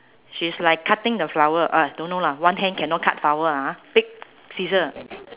she's like cutting the flower uh don't know lah one hand cannot cut flower ah ha big scissor